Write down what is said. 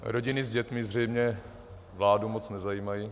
Rodiny s dětmi zřejmě vládu moc nezajímají.